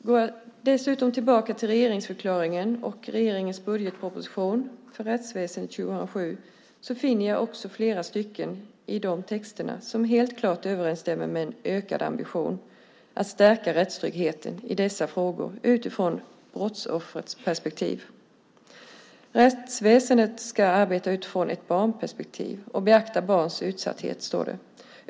När jag går tillbaka till regeringsförklaringen och regeringens budgetproposition för rättsväsendet 2007, finner jag också flera stycken i de texterna som helt klart överensstämmer med en ökad ambition att stärka rättstryggheten i dessa frågor utifrån brottsoffrets perspektiv. Rättsväsendet ska arbeta utifrån ett barnperspektiv och beakta barns utsatthet, står det.